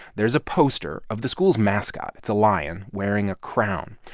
there's a poster of the school's mascot it's a lion wearing a crown.